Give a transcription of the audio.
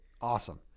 awesome